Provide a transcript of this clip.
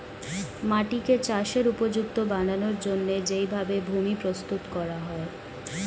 মাটিকে চাষের উপযুক্ত বানানোর জন্যে যেই ভাবে ভূমি প্রস্তুত করা হয়